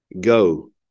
Go